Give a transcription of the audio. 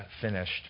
finished